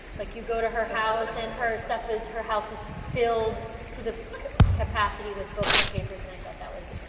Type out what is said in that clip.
like you go to her house and her stuff, her house was filled to the capacity with books and papers and i thought that was